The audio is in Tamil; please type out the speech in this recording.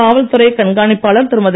காவல்துறை கண்காணிப்பாளர் திருமதி